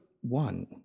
one